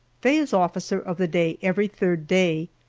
faye is officer of the day every third day,